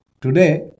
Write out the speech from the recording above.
Today